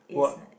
is like